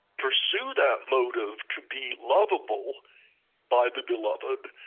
pursue that motive to be lovable by the beloved,